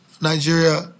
Nigeria